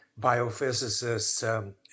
biophysicist's